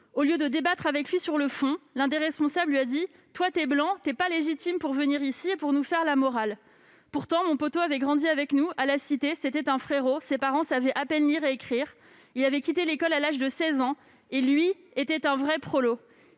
Au lieu de débattre avec lui sur le fond, l'un des responsables lui a dit :" Toi, t'es Blanc, t'es pas légitime pour venir ici et nous faire la morale ". Pourtant, mon poto avait grandi avec nous à la cité. C'était un frérot. Ses parents savaient à peine lire et écrire. Il avait quitté l'école à l'âge de 16 ans et, lui, était un vrai prolo.